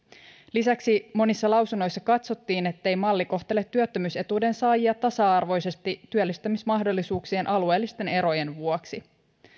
lisäksi monissa lausunnoissa katsottiin ettei malli kohtele työttömyysetuuden saajia tasa arvoisesti työllistämismahdollisuuksien alueellisten erojen vuoksi